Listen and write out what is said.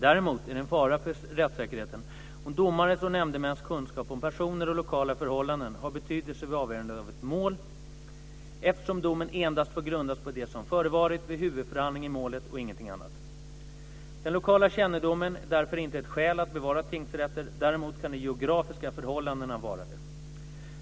Däremot är det en fara för rättssäkerheten om domares och nämndemäns kunskap om personer och lokala förhållanden har betydelse vid avgörandet av ett mål eftersom domen endast får grundas på det som förevarit vid huvudförhandling i målet och ingenting annat. Den lokala kännedomen är därför inte ett skäl att bevara tingsrätter, däremot kan de geografiska förhållandena vara det.